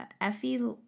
Effie